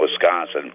Wisconsin